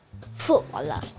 footballer